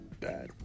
bad